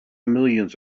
millions